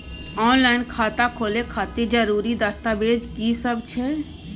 Online खाता खोले खातिर जरुरी दस्तावेज की सब छै?